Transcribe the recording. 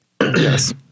Yes